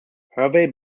hervey